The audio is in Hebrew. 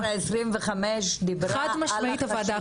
החלטה 1325 של מועצת הביטחון של האו"ם דיברה על החשיבות.